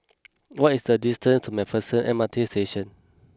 what is the distance to MacPherson M R T Station